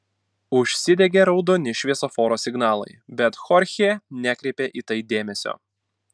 užsidegė raudoni šviesoforo signalai bet chorchė nekreipė į tai dėmesio